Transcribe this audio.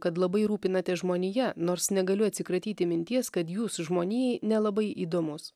kad labai rūpinatės žmonija nors negaliu atsikratyti minties kad jūs žmonijai nelabai įdomus